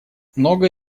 многое